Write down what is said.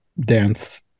dance